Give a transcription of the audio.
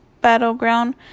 battleground